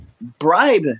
bribe